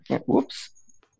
whoops